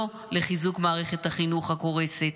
לא לחיזוק מערכת החינוך הקורסת,